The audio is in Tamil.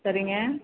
சரிங்க